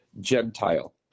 Gentile